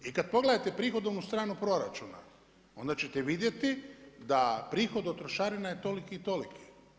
I kad pogledate prihodovnu stranu proračuna, onda ćete vidjeti da prihod od trošarina je toliki i toliki.